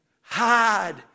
hide